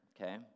okay